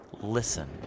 listen